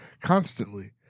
constantly